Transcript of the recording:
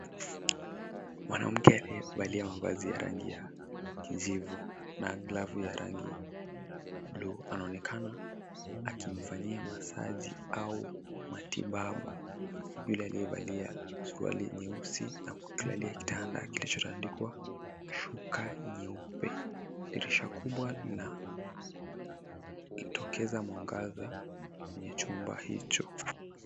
Mwanamke aliyevalia mavazi ya rangi ya kijivu na glavu ya rangi buluu anaonekana akimfanyia masaji au matibabu yule aliyevalia suruali nyeusi na kukilalalia kitanda kilichotandikwa shuka nyeupe. Dirisha linatokeza mwangaza kwenye chumba hicho.